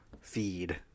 feed